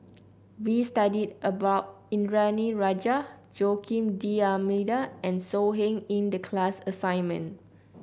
we studied about Indranee Rajah Joaquim D'Almeida and So Heng in the class assignment